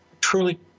truly